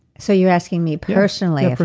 so you're asking me personally if